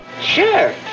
Sure